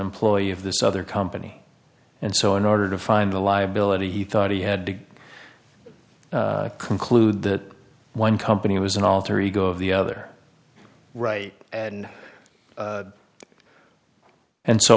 employee of this other company and so in order to find the liability he thought he had to conclude that one company was an alter ego of the other right and and so